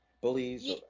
Bullies